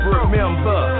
Remember